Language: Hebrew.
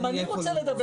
גם אני רוצה לדבר.